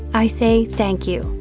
i say thank you.